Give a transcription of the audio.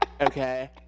Okay